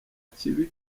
kibi